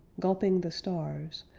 gulping the stars,